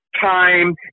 time